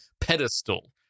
pedestal